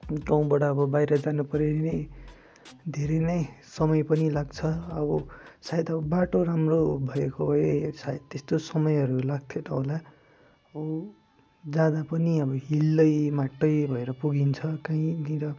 गाउँबाट अब बाहिर जानु पर्यो भने धेरै नै समय पनि लाग्छ अब सायद अब बाटो राम्रो भएको भए सायद त्यस्तो समयहरू लाग्थेन होला अब जाँदा पनि अब हिलै माटै भएर पुगिन्छ कहीँनिर